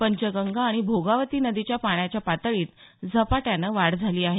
पंचगंगा आणि भोगावती नदीच्या पाण्याच्या पातळीत झपाट्यानं वाढ झाली आहे